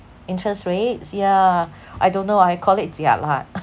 interest rates yeah I don't know I call it jialat